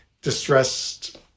distressed